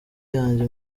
yanjye